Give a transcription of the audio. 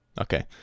Okay